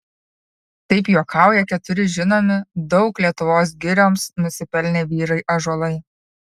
taip juokauja keturi žinomi daug lietuvos girioms nusipelnę vyrai ąžuolai